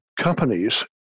companies